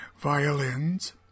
violins